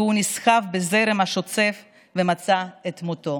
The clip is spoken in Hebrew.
והוא נסחף בזרם השוצף ומצא את מותו.